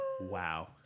Wow